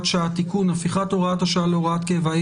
שעה) (תיקון) (הפיכת הוראת השעה להוראת קבע),